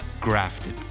Grafted